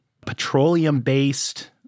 petroleum-based